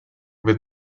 with